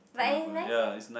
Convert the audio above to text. but it's nice eh